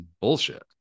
bullshit